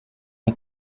ton